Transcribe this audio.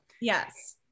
Yes